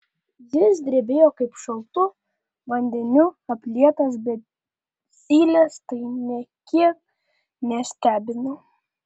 jis drebėjo kaip šaltu vandeniu aplietas bet zylės tai nė kiek nestebino